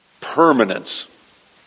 permanence